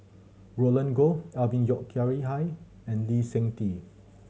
Roland Goh Alvin Yeo Khirn Hai and Lee Seng Tee